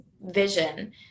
vision